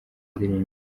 ndirimbo